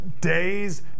days